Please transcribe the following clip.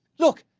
look,